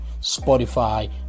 Spotify